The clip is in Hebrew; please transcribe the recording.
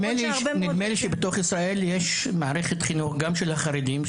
נדמה לי שבתוך ישראל יש מערכת חינוך גם של החרדים,